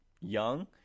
young